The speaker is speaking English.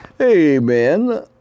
amen